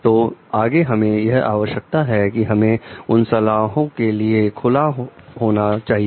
तो आगे हमें यह आवश्यकता है कि हमें उन सलाह के लिए खुला होना चाहिए